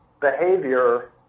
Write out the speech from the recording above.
behavior